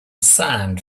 sand